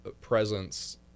presence